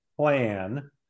plan